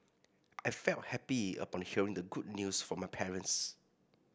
I felt happy upon hearing the good news from my parents